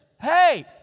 Hey